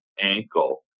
ankle